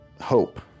hope